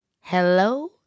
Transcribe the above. hello